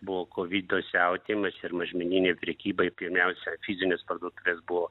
buvo kovido siautėjimas ir mažmeninė prekyba ir pirmiausia fizinės parduotuvės buvo